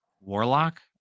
Warlock